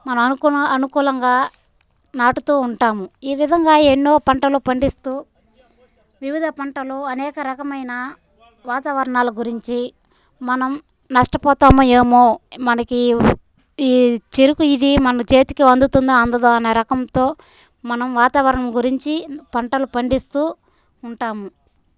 మనం అనుకున్న అనుకూలంగా నాటుతూ ఉంటాము ఈ విధంగా ఎన్నో పంటలు పండిస్తూ వివిధ పంటలు అనేక రకమైన వాతావరణాల గురించి మనం నష్టపోతామో ఏమో మనకి ఈ చెరుకు ఇది మన చేతికి అందుతుందా అందదా అనే రకంతో మనం వాతావరణం గురించి పంటలు పండిస్తూ ఉంటాము